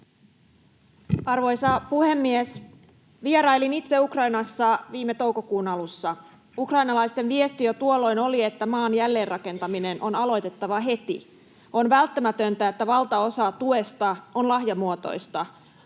Arvoisa puhemies! Vierailin itse Ukrainassa viime toukokuun alussa. Ukrainalaisten viesti jo tuolloin oli, että maan jälleenrakentaminen on aloitettava heti. On välttämätöntä, että valtaosa tuesta on lahjamuotoista.